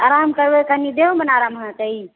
आराम करबै कनि देहोमे नेआराम होना चाही